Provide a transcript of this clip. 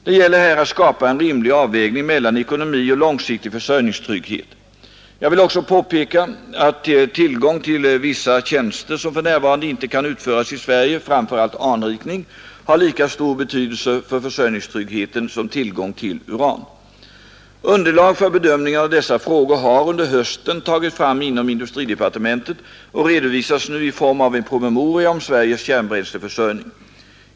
Det gäller här att skapa en rimlig avvägning mellan ekonomi och långsiktig försörjningstrygghet. Jag vill också påpeka att tillgång till vissa tjänster som för närvarande inte kan utföras i Sverige — framför allt anrikning — har lika stor betydelse för försörjningstryggheten som tillgång till uran. Underlag för bedömningen av dessa frågor har under hösten tagits fram inom industridepartementet och redovisas nu i form av en promemoria om Sveriges kärnbränsleförsörjning.